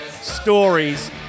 stories